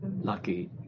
lucky